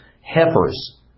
heifers